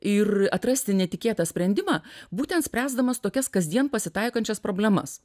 ir atrasti netikėtą sprendimą būtent spręsdamas tokias kasdien pasitaikančias problemas